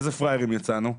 איזה פראיירים יצאנו?